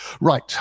right